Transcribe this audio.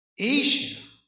Asia